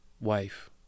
wife